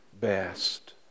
best